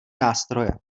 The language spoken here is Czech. nástroje